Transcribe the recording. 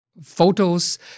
photos